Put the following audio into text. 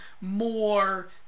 more